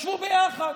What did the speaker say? ישבו ביחד.